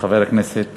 חבר הכנסת